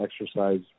exercise